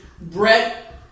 Brett